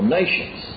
nations